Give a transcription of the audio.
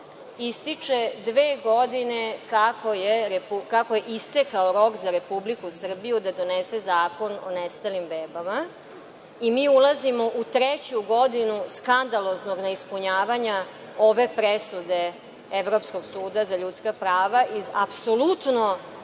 ističe dve godine kako je istekao rok za Republiku Srbiju da donese zakon o nestalim bebama i mi ulazimo u treću godinu skandaloznog neispunjavanja ove presude Evropskog suda za ljudska prava iz apsolutno